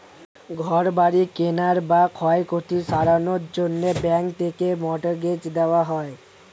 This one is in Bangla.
ঘর বাড়ি কেনার বা ক্ষয়ক্ষতি সারানোর জন্যে ব্যাঙ্ক থেকে মর্টগেজ দেওয়া হয়